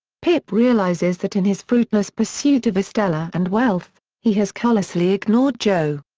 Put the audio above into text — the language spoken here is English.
pip realises that in his fruitless pursuit of estella and wealth, he has callously ignored joe.